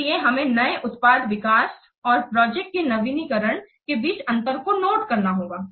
इसलिए हमें नए उत्पाद विकास और प्रोजेक्ट के नवीकरण के बीच के अंतर को नोट करना होगा